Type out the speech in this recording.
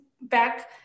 back